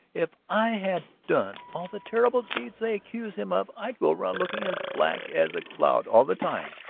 if i had done all the terrible deeds they accuse him of i'd go around looking as black as a cloud all the time,